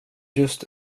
just